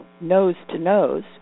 nose-to-nose